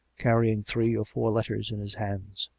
carrying three or four letters in his hands.